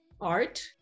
art